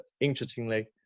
interestingly